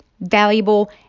valuable